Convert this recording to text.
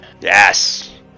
Yes